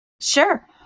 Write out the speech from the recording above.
Sure